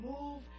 move